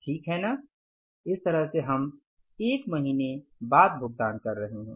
ठीक है ना इस तरह से हम एक महीने बाद भुगतान कर रहे हैं